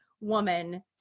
woman